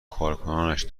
کارکنانش